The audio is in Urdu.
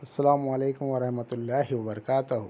السّلام علیکم و رحمت اللہ و برکاتہ